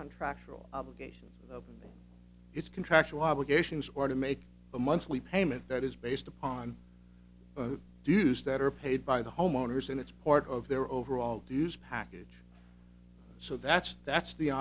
contract all obligations of it's contractual obligations or to make a monthly payment that is based upon dues that are paid by the homeowners and it's part of their overall to use package so that's that's the